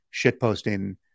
shitposting